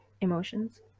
emotions